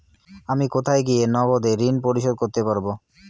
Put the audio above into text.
আমি কোথায় গিয়ে নগদে ঋন পরিশোধ করতে পারবো?